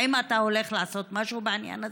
האם אתה הולך לעשות משהו בעניין הזה?